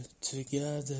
together